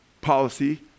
policy